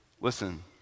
Listen